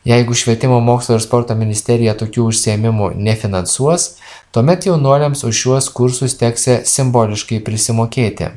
jeigu švietimo mokslo ir sporto ministerija tokių užsiėmimų nefinansuos tuomet jaunuoliams už šiuos kursus teksią simboliškai prisimokėti